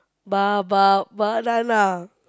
ba ba banana